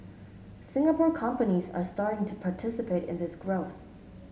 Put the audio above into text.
Singapore companies are starting to participate in this growth